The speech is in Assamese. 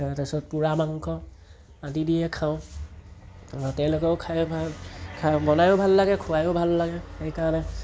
তাৰপাছত পোৰা মাংস আদি দিয়ে খাওঁ তেওঁলোকেও খাই ভা বনাইয়ো ভাল লাগে খুৱাইয়ো ভাল লাগে সেইকাৰণে